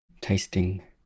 Tasting